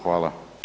Hvala.